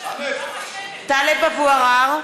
טלב אבו עראר,